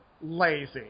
lazy